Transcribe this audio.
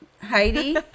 Heidi